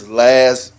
last